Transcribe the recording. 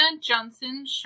Johnson